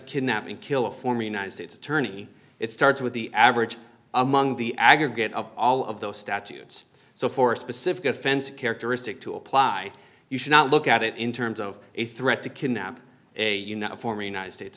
kidnap and kill a former united states attorney it starts with the average among the aggregate of all of those statutes so for a specific offense characteristic to apply you should not look at it in terms of a threat to kidnap a uniform united states